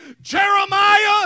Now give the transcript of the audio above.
Jeremiah